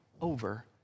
over